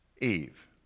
Eve